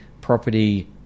property